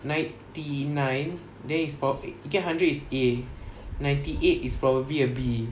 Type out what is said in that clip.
ninety nine then is prob~ you get hundred is A ninety eight is probably a B